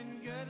good